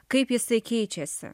kaip jisai keičiasi